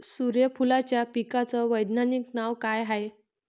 सुर्यफूलाच्या पिकाचं वैज्ञानिक नाव काय हाये?